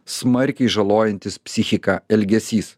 smarkiai žalojantis psichiką elgesys